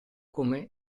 come